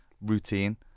routine